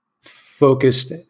focused